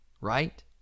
right